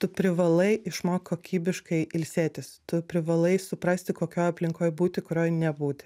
tu privalai išmokt kokybiškai ilsėtis tu privalai suprasti kokioj aplinkoj būti kurioj nebūti